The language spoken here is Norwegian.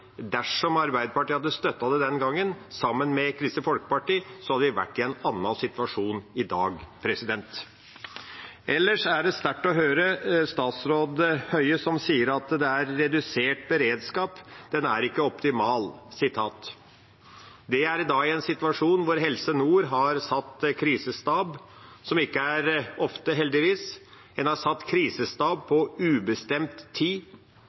Dersom Arbeiderpartiet hadde støttet det den gangen, sammen med Kristelig Folkeparti, hadde vi vært i en annen situasjon i dag. Ellers er det sterkt å høre at statsråd Høie sier at beredskapen er «redusert og ikke optimal», og det i en situasjon der Helse Nord har satt krisestab – noe som ikke skjer ofte, heldigvis. En har satt krisestab på ubestemt tid.